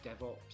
DevOps